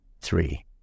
three